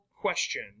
question